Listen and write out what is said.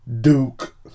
Duke